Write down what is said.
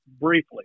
briefly